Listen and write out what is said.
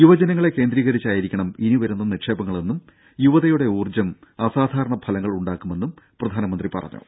യുവജനങ്ങളെ കേന്ദ്രീകരിച്ചായിരിക്കണം ഇനി വരുന്ന നിക്ഷേപങ്ങളെന്നും യുവതയുടെ ഊർജ്ജം അസാധാരണ ഫലങ്ങൾ ഉണ്ടാക്കുമെന്നും പ്രധാനമന്ത്രി പറഞ്ഞു